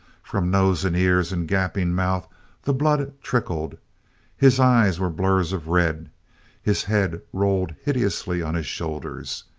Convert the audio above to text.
from nose and ears and gaping mouth the blood trickled his eyes were blurs of red his head rolled hideously on his shoulders.